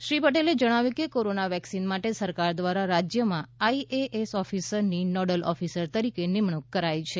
શ્રી પટેલે જણાવ્યું કે કોરોના વેક્સિન માટે સરકાર દ્રારા રાજ્યમાં આઈ એ એસ ઓફિસરોની નોડલ ઓફિસર તરીકે નિમણૂક કરાઈ છે